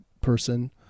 person